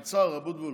קצר, אבוטבול.